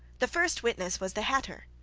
the first witness was the hatter.